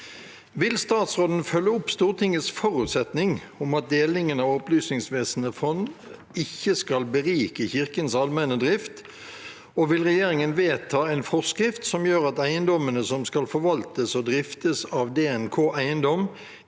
Vil statsråden følge opp Stortingets forutsetning om at delingen av Opplysningsvesenets fond ikke skal berike kirkens allmenne drift, og vil regjeringen vedta en forskrift som gjør at eiendommene som skal forvaltes og driftes av DNK Eiendom,